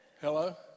Hello